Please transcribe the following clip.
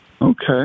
Okay